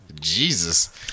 Jesus